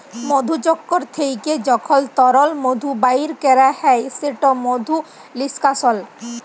মধুচক্কর থ্যাইকে যখল তরল মধু বাইর ক্যরা হ্যয় সেট মধু লিস্কাশল